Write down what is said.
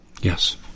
Yes